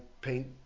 paint